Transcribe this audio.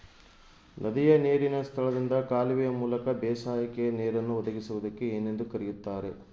ನದಿಯ ನೇರಿನ ಸ್ಥಳದಿಂದ ಕಾಲುವೆಯ ಮೂಲಕ ಬೇಸಾಯಕ್ಕೆ ನೇರನ್ನು ಒದಗಿಸುವುದಕ್ಕೆ ಏನೆಂದು ಕರೆಯುತ್ತಾರೆ?